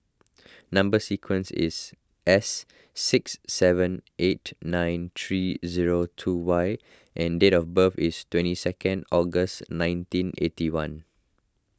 Number Sequence is S six seven eight nine three zero two Y and date of birth is twenty second August nineteen eighty one